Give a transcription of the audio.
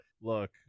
Look